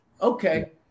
Okay